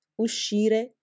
uscire